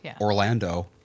Orlando